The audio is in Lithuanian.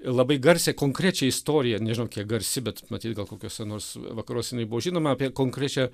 labai garsią konkrečią istoriją nežinau kiek garsi bet matyt gal kokiuose nors vakaruose jinai buvo žinoma apie konkrečią